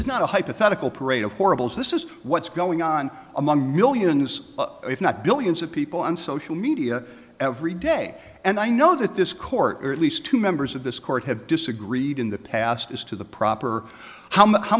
is not a hypothetical parade of horribles this is what's going on among millions if not billions of people on social media every day and i know that this court or at least two members of this court have disagreed in the past as to the proper how